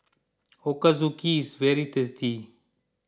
Ochazuke is very tasty